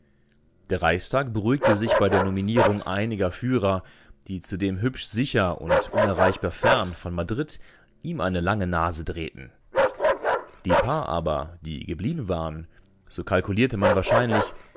der reichstag beruhigte sich bei der nominierung einiger führer die zudem hübsch sicher und unerreichbar fern von madrid ihm eine lange nase drehten die paar aber die geblieben waren so kalkulierte man wahrscheinlich